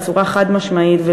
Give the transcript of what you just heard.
בצורה חד-משמעית,